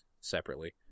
separately